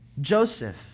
Joseph